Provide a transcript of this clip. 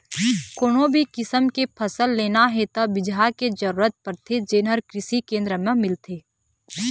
कोनो भी किसम के फसल लेना हे त बिजहा के जरूरत परथे जेन हे कृषि केंद्र म मिलथे